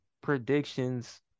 predictions